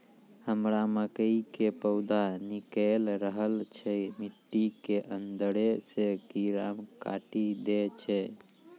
हमरा मकई के पौधा निकैल रहल छै मिट्टी के अंदरे से कीड़ा काटी दै छै?